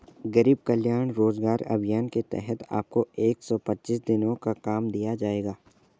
गरीब कल्याण रोजगार अभियान के तहत आपको एक सौ पच्चीस दिनों का काम दिया जाएगा